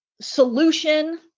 solution